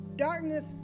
darkness